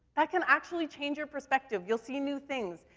that can actually change your perspective. you'll see knew things.